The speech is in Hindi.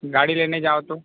गाड़ी लेने जाओ तो